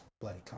bloody